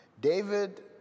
David